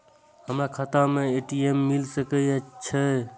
हमर खाता में ए.टी.एम मिल सके छै?